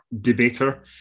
debater